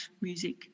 music